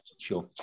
sure